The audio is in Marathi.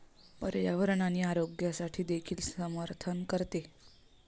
पर्यावरण आणि आरोग्यासाठी देखील समर्थन करते